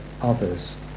others